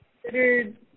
considered